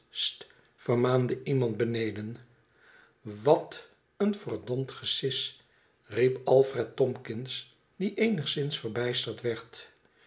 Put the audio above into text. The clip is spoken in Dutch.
vermaande iemand beneden wat een verd d gesis riep alfred tomkins die eenigszins verbijsterd werd